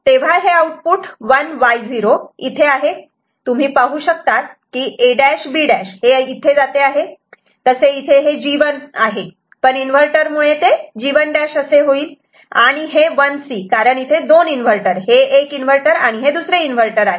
तेव्हा हे output 1Y0 इथे आहे तुम्ही पाहू शकतात की A' B' हे इथे जाते तसे इथे हे G1 आहे पण इन्व्हर्टर मुळे ते G1' असे होईल आणि हे 1C कारण इथे दोन इन्व्हर्टर हे एक इन्व्हर्टर आणि हे दुसरे इन्व्हर्टर आहे